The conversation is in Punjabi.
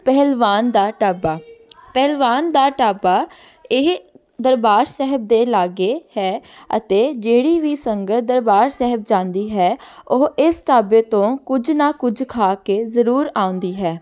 ਪਹਿਲਵਾਨ ਦਾ ਢਾਬਾ ਪਹਿਲਵਾਨ ਦਾ ਢਾਬਾ ਇਹ ਦਰਬਾਰ ਸਾਹਿਬ ਦੇ ਲਾਗੇ ਹੈ ਅਤੇ ਜਿਹੜੀ ਵੀ ਸੰਗਤ ਦਰਬਾਰ ਸਾਹਿਬ ਜਾਂਦੀ ਹੈ ਉਹ ਇਸ ਢਾਬੇ ਤੋਂ ਕੁਝ ਨਾ ਕੁਝ ਖਾ ਕੇ ਜ਼ਰੂਰ ਆਉਂਦੀ ਹੈ